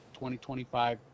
2025